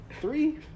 three